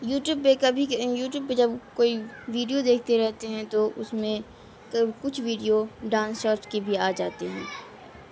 YouTube پہ کبھی YouTube پہ جب کوئی ویڈیو دیکھتے رہتے ہیں تو اس میں کب کچھ ویڈیو ڈانس شارٹ کے بھی آ جاتے ہیں